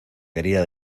quería